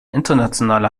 internationale